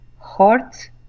heart